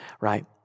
right